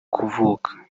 kuvuka